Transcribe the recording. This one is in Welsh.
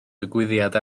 digwyddiad